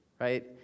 right